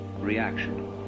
reaction